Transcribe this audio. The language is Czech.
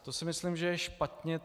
To si myslím, že je špatně.